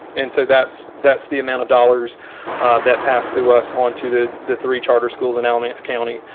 and so that's that's the amount of dollars that pass through us on to the the three charter schools in alamance. county.